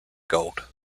gold